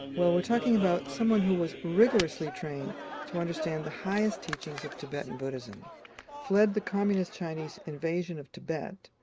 well, we're talking about someone who was rigorously trained to understand the highest teachings of tibetan buddhism fled the communist chinese invasion of tibet,